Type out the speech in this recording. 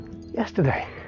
yesterday